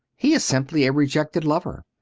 he is simply a rejected lover.